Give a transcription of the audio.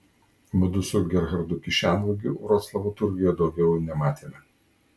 mudu su gerhardu kišenvagių vroclavo turguje daugiau nematėme